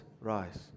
rise